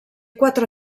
quatre